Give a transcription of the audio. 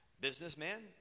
Businessman